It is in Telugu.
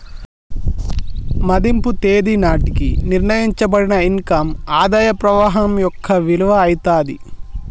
మదింపు తేదీ నాటికి నిర్ణయించబడిన ఇన్ కమ్ ఆదాయ ప్రవాహం యొక్క విలువ అయితాది